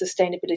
sustainability